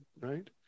right